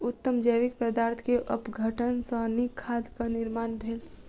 उत्तम जैविक पदार्थ के अपघटन सॅ नीक खादक निर्माण भेल